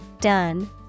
done